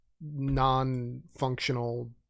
non-functional